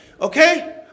okay